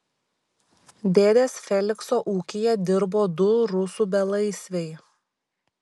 dėdės felikso ūkyje dirbo du rusų belaisviai